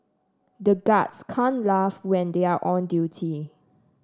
the guards can't laugh when they are on duty